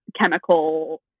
chemical